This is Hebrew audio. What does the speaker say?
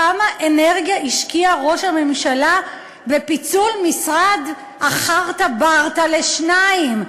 כמה אנרגיה השקיע ראש הממשלה בפיצול משרד החארטה-ברטה לשניים,